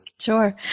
Sure